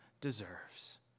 deserves